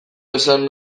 esan